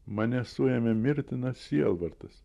mane suėmė mirtinas sielvartas